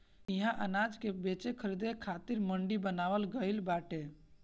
इहा अनाज के बेचे खरीदे खातिर मंडी बनावल गइल बाटे